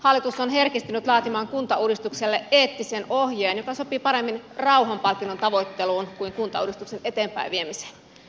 hallitus on herkistynyt laatimaan kuntauudistukselle eettisen ohjeen joka sopii paremmin rauhanpalkinnon tavoitteluun kuin kuntauudistuksen eteenpäinviemiseen